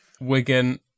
Wigan